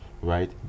right